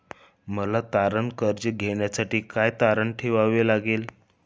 मला तारण कर्ज घेण्यासाठी काय तारण ठेवावे लागेल?